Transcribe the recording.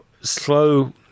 slow